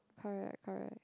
correct correct